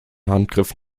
handgriff